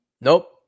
Nope